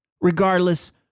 Regardless